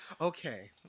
okay